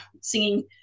singing